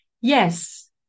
Yes